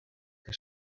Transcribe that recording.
que